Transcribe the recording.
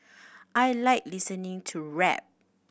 I like listening to rap